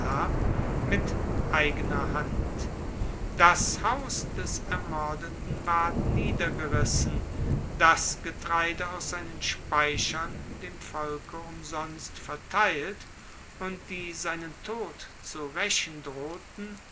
mit eigener hand das haus des ermordeten ward niedergerissen das getreide aus seinen speichern dem volke umsonst verteilt und die seinen tod zu raechen drohten